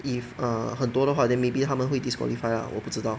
if err 很多的话 then maybe 他们会 disqualify lah 我不知道